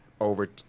over